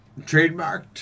Trademarked